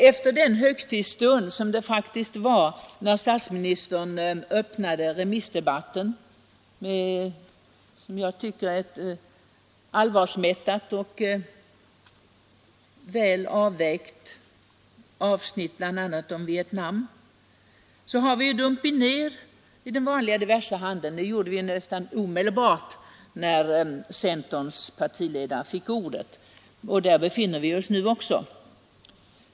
Efter den högtidsstund som det faktiskt var när statsministern öppnade remissdebatten med bl.a. ett som jag tycker allvarsmättat och väl avvägt avsnitt om Vietnam, så har vi dumpit ned i den vanliga diversehandeln — det gjorde vi nästan omedelbart när centerns partiledare fick ordet — och där befinner vi oss nu också.